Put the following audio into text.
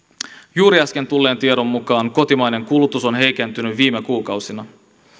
juuri äsken tulleen tiedon mukaan kotimainen kulutus on heikentynyt viime kuukausina